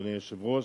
אדוני היושב-ראש,